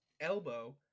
elbow